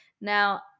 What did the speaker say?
Now